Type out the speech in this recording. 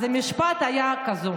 אז המשפט היה כזה,